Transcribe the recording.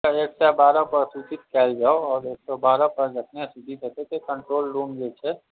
तऽ एक सओ बारहपर सूचित कएल जाउ एक सओ बारहपर जखने सूचित हेतै कन्ट्रोल रूम जे छै